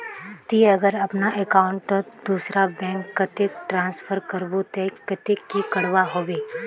ती अगर अपना अकाउंट तोत दूसरा बैंक कतेक ट्रांसफर करबो ते कतेक की करवा होबे बे?